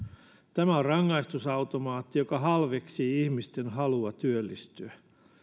tämä on rangaistusautomaatti joka halveksii ihmisten halua työllistyä